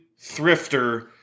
thrifter